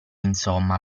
insomma